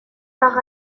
par